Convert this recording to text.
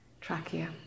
trachea